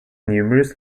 numerous